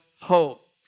hope